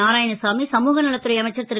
நாராயணசாமி சமூக நலத்துறை அமைச்சர் ரு